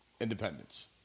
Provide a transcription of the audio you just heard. independence